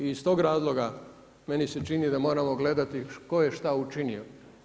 I iz tog razloga meni se čini da moramo gledati tko je šta učinio.